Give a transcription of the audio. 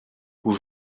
vous